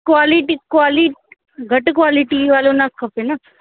quality क्वालि घटि quality वारो न खपे न